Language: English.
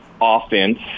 offense